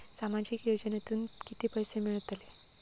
सामाजिक योजनेतून किती पैसे मिळतले?